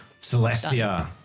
Celestia